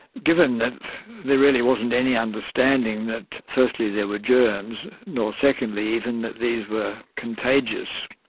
given that there really wasn't any understanding that firstly there were germs, nor secondly even that these were contagious,